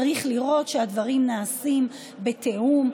צריך לראות שהדברים נעשים בתיאום,